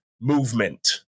movement